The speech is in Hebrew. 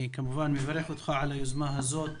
אני כמובן מברך אותך על היוזמה הזאת.